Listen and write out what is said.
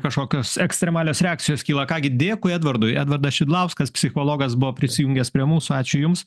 kažkokios ekstremalios reakcijos kyla ką gi dėkui edvardui edvardas šidlauskas psichologas buvo prisijungęs prie mūsų ačiū jums